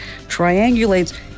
triangulates